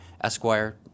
Esquire